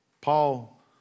Paul